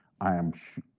i am sure,